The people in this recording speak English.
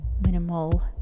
minimal